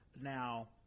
Now